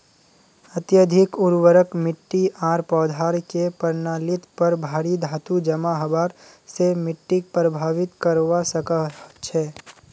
अत्यधिक उर्वरक मिट्टी आर पौधार के प्रणालीत पर भारी धातू जमा हबार स मिट्टीक प्रभावित करवा सकह छह